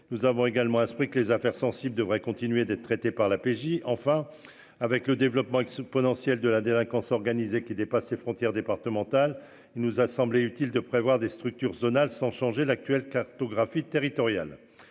Nous avons également à ce prix que les affaires sensibles devrait continuer d'être traités par la PJ enfin avec le développement exponentiel de la délinquance organisée qui dépasse les frontières départementales. Il nous a semblé utile de prévoir des structures zonal sans changer l'actuel cartographie territoriale.